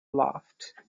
loved